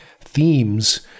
themes